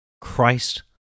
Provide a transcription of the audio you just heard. christ